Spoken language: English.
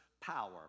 power